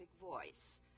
voice